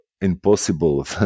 impossible